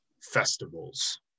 festivals